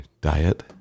diet